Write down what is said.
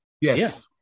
Yes